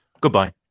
Goodbye